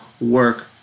work